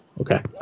okay